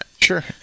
Sure